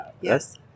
Yes